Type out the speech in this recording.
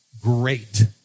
great